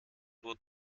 pro